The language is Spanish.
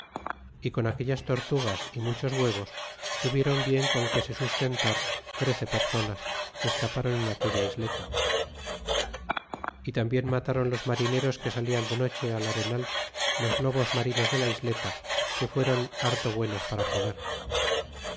é con aquellas tortugas muchos huevos tuvieron bien con que se sustentar trece personas que escapron en aquella isleta y tambien matron los marineros que sellan de noche al arenal los lobos marinos de la isleta que fueron harto buenos para comer